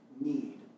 need